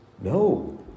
No